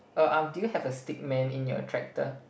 uh um do you have a stick man in your tractor